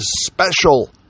special